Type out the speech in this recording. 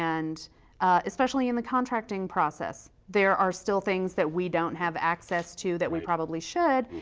and especially in the contracting process. there are still things that we don't have access to that we probably should,